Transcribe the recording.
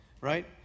right